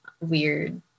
weird